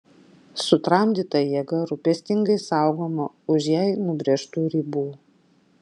sutramdyta jėga rūpestingai saugoma už jai nubrėžtų ribų